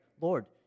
Lord